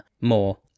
more